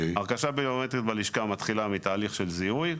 הרכשה ביומטרית בלשכה מתחילה מתהליך של זיהוי ראשון,